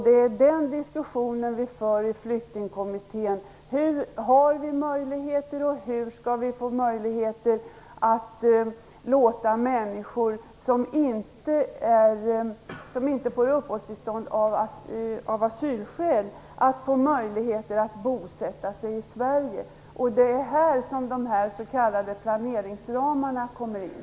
Det är den diskussionen vi för i flyktingkommittén: Har vi möjlighet, eller hur skall vi få möjlighet att låta människor som inte får uppehållstillstånd av asylskäl bosätta sig i Sverige? Det är här de s.k. planeringsramarna kommer in.